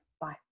Bye